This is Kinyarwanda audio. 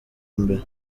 mbere